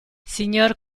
signor